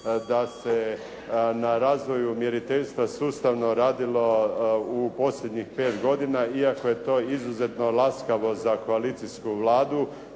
da se na razvoju mjeriteljstva sustavno radilo u posljednjih 5 godina iako je to izuzetno laskavo za koalicijsku Vladu